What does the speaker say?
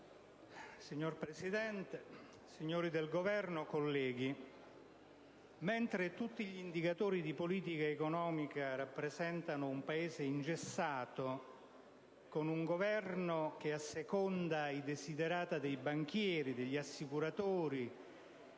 Signora Presidente, signori del Governo, colleghi, mentre tutti gli indicatori di politica economica rappresentano un Paese ingessato, con un Governo che asseconda i *desiderata* dei banchieri, degli assicuratori,